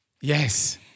Yes